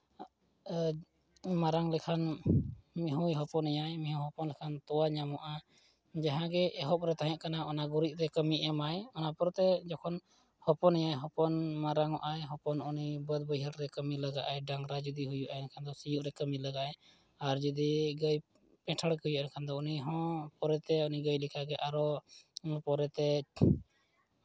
ᱢᱟᱨᱟᱝ ᱜᱮᱠᱷᱟᱱ ᱢᱤᱭᱦᱩᱭ ᱦᱚᱯᱚᱱᱮᱭᱟ ᱢᱤᱭᱦᱩ ᱦᱚᱯᱚᱱ ᱞᱮᱠᱷᱟᱱ ᱛᱚᱣᱟ ᱧᱟᱢᱚᱜᱼᱟ ᱡᱟᱦᱟᱸᱜᱮ ᱮᱦᱚᱵ ᱨᱮ ᱛᱟᱦᱮᱸ ᱠᱟᱱᱟ ᱚᱱᱟ ᱜᱩᱨᱤᱡ ᱨᱮ ᱠᱟᱹᱢᱤ ᱮᱢᱟᱭ ᱚᱱᱟ ᱯᱚᱨᱮᱛᱮ ᱡᱚᱠᱷᱚᱱ ᱦᱚᱯᱚᱱᱮᱭᱟᱭ ᱦᱚᱯᱚᱱ ᱢᱟᱨᱟᱝᱼᱚᱜ ᱟᱭ ᱦᱚᱯᱚᱱ ᱩᱱᱤ ᱵᱟᱹᱫᱽ ᱵᱟᱹᱭᱦᱟᱹᱲ ᱨᱮ ᱠᱟᱹᱢᱤ ᱞᱟᱜᱟᱜᱼᱟᱭ ᱰᱟᱝᱨᱟ ᱡᱩᱫᱤ ᱦᱩᱭᱩᱜᱼᱟᱭ ᱮᱱᱠᱷᱟᱱ ᱫᱚ ᱥᱤᱭᱚᱜ ᱨᱮ ᱠᱟᱹᱢᱤ ᱞᱟᱜᱟᱜᱼᱟᱭ ᱟᱨ ᱡᱩᱫᱤ ᱯᱮᱸᱴᱷᱟᱲ ᱜᱟᱹᱭ ᱠᱚ ᱦᱩᱭᱩᱜᱼᱟ ᱮᱱᱠᱷᱟᱱ ᱩᱱᱤᱦᱚᱸ ᱯᱚᱨᱮᱛᱮ ᱩᱱᱤ ᱜᱟᱹᱭ ᱞᱮᱠᱟᱜᱮ ᱟᱨᱦᱚᱸ ᱯᱚᱨᱮᱛᱮ